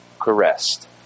caressed